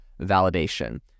validation